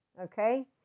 Okay